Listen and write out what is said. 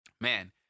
man